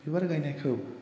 बिबार गायनायखौ